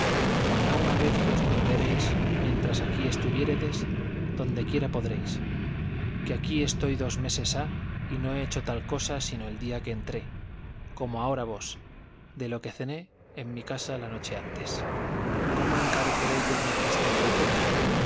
para una vez que os proveeréis mientras aquí estuviéredes dondequiera podréis que aquí estoy dos meses ha y no he hecho tal cosa sino el día que entré como ahora vos de lo que cené en mi casa la noche antes cómo encareceré yo mi tristeza y pena